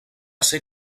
ser